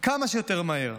כמה שיותר מהר.